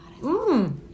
Mmm